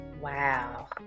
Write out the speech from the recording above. Wow